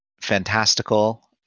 fantastical